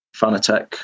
Fanatec